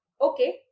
Okay